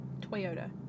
Toyota